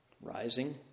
Rising